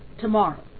tomorrow